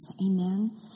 Amen